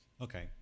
Okay